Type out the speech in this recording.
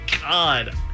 god